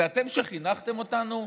זה אתם שחינכתם אותנו?